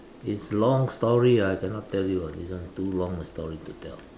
is long story I cannot tell you this one too long a story to tell